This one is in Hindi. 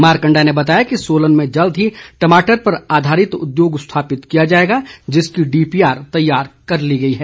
मारकंडा ने बताया कि सोलन में जल्द ही टमाटर पर आधारित उद्योग स्थापित किया जाएगा जिसकी डीपीआर तैयार कर ली गई है